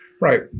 Right